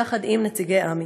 יחד עם נציגי עמ"י.